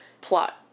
plot